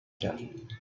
کرد